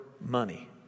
money